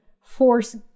force